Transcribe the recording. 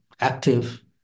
active